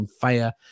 Fire